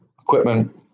equipment